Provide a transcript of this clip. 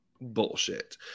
bullshit